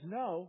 no